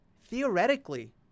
Theoretically